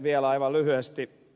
vielä aivan lyhyesti